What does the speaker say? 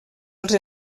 els